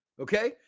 Okay